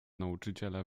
nauczyciela